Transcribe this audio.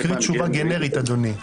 הוא מקריא תשובה גנרית אדוני,